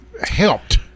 helped